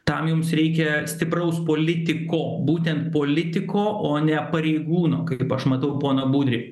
tam jums reikia stipraus politiko būtent politiko o ne pareigūno kaip aš matau poną budrį